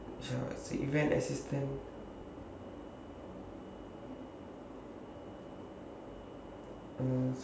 is the event assistant oh